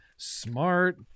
Smart